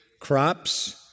crops